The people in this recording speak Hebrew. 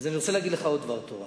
אני רוצה להגיד לך עוד דבר תורה,